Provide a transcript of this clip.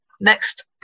Next